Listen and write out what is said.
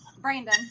Brandon